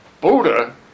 Buddha